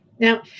Now